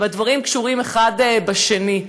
והדברים קשורים אחד בשני.